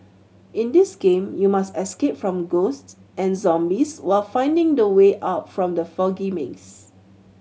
in this game you must escape from ghosts and zombies while finding the way out from the foggy maze